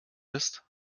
ist